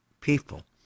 people